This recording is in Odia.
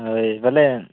ହଁ ଏଇ ବୋଲେ